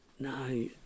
No